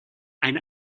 eine